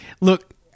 look